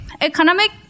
economic